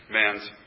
man's